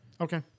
okay